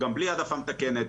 גם בלי העדפה מתקנת,